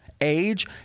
age